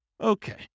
Okay